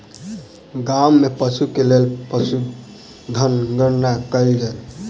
गाम में पशु के लेल पशुधन गणना कयल गेल